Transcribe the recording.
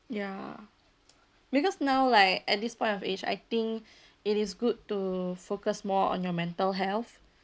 ya because now like at this point of age I think it is good to focus more on your mental health